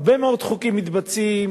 הרבה מאוד חקיקה מתבצעת